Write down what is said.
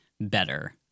better